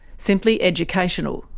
simply educational.